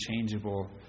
unchangeable